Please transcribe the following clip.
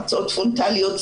הרצאות פרונטליות,